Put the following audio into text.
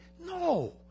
No